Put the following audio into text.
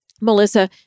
Melissa